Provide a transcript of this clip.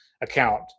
account